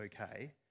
okay